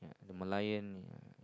the Merlion